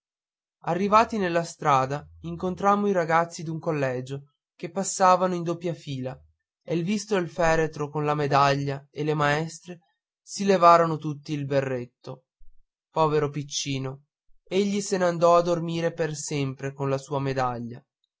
arrivati nella strada incontrammo i ragazzi d'un collegio che passavano in doppia fila e visto il feretro con la medaglia e le maestre si levaron tutti il berretto povero piccino egli se n'andò a dormire per sempre con la sua medaglia